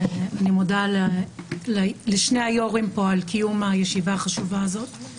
ואני מודה לשני היו"רים פה על קיום הישיבה החשובה הזאת.